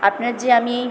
আপনার যে আমি